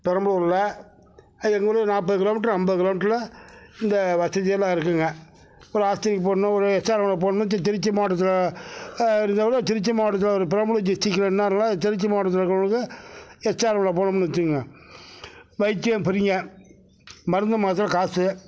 பெரம்பூரில் அது எங்கள் ஊரில் நாற்பது கிலோ மீட்டரு ஐம்பது கிலோ மீட்டரில் இந்த வசதி எல்லாம் இருக்குதுங்க ஒரு ஆஸ்பத்திரிக்கு போகணும் ஒரு எஸ்ஆர்எம்மில் போகணும்னால் திருச்சி மாவட்டத்தில் இருந்தால் கூட திருச்சி மாவட்டத்தில் ஒரு பிரபல டிஸ்ட்ரிக்கில் நின்றாருன்னா திருச்சி மாவட்டத்தில் இருக்கவங்களுக்கு ஹெச்ஆர்எம்மில் போனோம்னு வச்சுங்கங்க வைத்தியம் ஃப்ரீங்க மருந்து மாத்திரை காசு